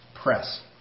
Press